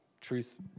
truth